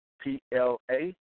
P-L-A